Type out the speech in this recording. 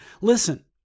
Listen